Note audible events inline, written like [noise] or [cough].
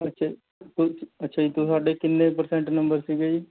ਅੱਛਾ [unintelligible] ਅੱਛਾ ਜੀ ਅਤੇ ਤੁਹਾਡੇ ਕਿੰਨੇ ਪਰਸੈਂਟ ਨੰਬਰ ਸੀ ਜੀ